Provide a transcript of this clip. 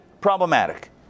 problematic